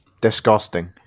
disgusting